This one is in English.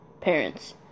parents